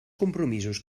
compromisos